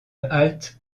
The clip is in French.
halte